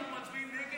אנחנו מצביעים נגד?